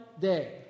day